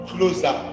Closer